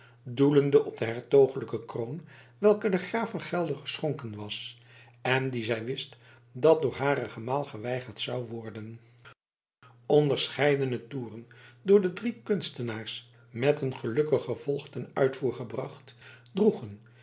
doelende op de hertogelijke kroon welke den graaf van gelder geschonken was en die zij wist dat door haren gemaal geweigerd zou worden onderscheidene toeren door de drie kunstenaars met een gelukkig gevolg ten uitvoer gebracht